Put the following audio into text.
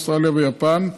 אוסטרליה ויפן,